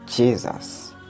Jesus